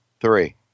three